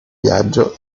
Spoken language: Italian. viaggio